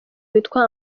witwa